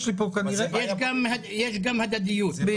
יש גם הדדיות.